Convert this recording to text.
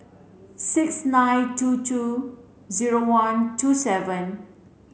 six nine two two zero one two seven